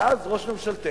ואז ראש ממשלתנו,